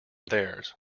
theirs